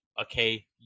okay